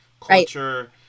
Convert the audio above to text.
culture